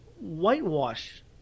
whitewash